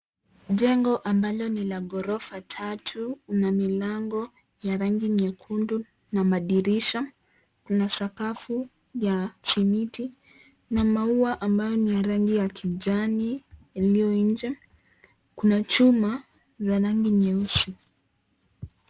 Jengo ambalo ni la gorofa tatu na milango ya rangi nyekundu na madhirisha, kuna sakafu ya simiti na maua ambayo ni ya rangi ya kijani iliyo nje, kuna chuma za rangi nyeusi.